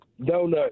Donut